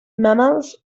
mammals